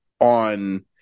on